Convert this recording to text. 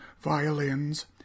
Violins